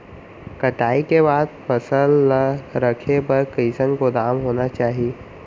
कटाई के बाद फसल ला रखे बर कईसन गोदाम होना चाही?